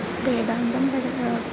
वेदान्तः पठनं